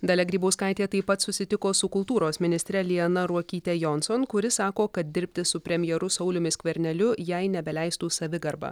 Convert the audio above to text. dalia grybauskaitė taip pat susitiko su kultūros ministre liana ruokyte jonson kuri sako kad dirbti su premjeru sauliumi skverneliu jai nebeleistų savigarba